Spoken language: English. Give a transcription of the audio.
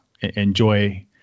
enjoy